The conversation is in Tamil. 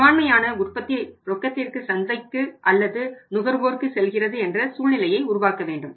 பெரும்பான்மையான உற்பத்தி ரொக்கத்திற்கு சந்தைக்கு அல்லது நுகர்வோருக்கு செல்கிறது என்கிற சூழ்நிலையை உருவாக்க வேண்டும்